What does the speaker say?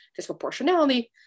disproportionality